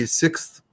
sixth